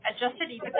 adjusted